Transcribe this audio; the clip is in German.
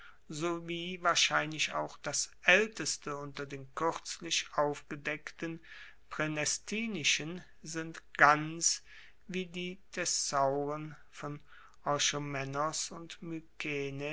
sowie wahrscheinlich auch das aelteste unter den kuerzlich aufgedeckten praenestinischen sind ganz wie die thesauren von orchomenos und